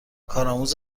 کارآموز